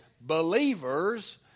believers